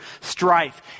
strife